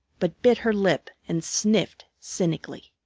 but bit her lip and sniffed cynically.